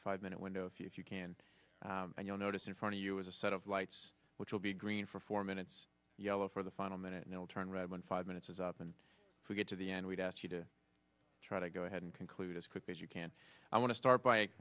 five minute window if you can and you'll notice in front of you is a set of lights which will be green for four minutes yellow for the final minute and they'll turn red one five minutes is up and to get to the end we've asked you to try to go ahead and conclude as quickly as you can i want to start by